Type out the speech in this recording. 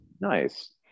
Nice